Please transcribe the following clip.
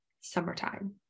summertime